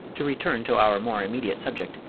to return to our more immediate subject.